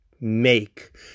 make